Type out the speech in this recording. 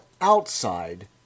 outside